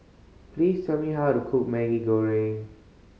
please tell me how to cook Maggi Goreng